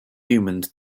humans